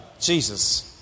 Jesus